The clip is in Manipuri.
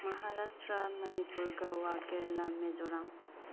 ꯃꯥꯍꯥꯔꯥꯁꯇ꯭ꯔ ꯃꯅꯤꯄꯨꯔ ꯒꯋꯥ ꯀꯦꯔꯦꯂꯥ ꯃꯦꯖꯣꯔꯥꯝ